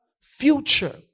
future